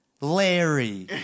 Larry